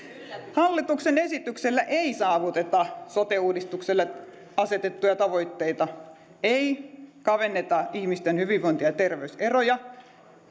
hallituksen esityksellä ei saavuteta sote uudistukselle asetettuja tavoitteita ei kavenneta ihmisten hyvinvointi ja terveyseroja